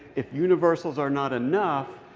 if universals are not enough,